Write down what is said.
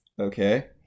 Okay